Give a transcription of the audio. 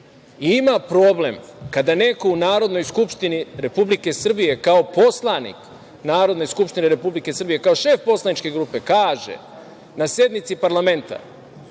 ima problem kada neko u Narodnoj skupštini Republike Srbije, kao poslanik Narodne skupštine Republike Srbije, kao šef poslaničke grupe, kaže na sednici parlamenta